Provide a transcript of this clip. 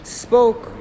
spoke